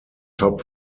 top